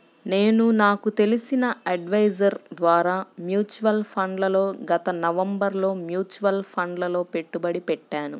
నేను నాకు తెలిసిన అడ్వైజర్ ద్వారా మ్యూచువల్ ఫండ్లలో గత నవంబరులో మ్యూచువల్ ఫండ్లలలో పెట్టుబడి పెట్టాను